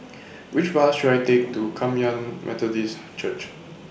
Which Bus should I Take to Kum Yan Methodist Church